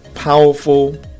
powerful